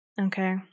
Okay